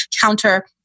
counter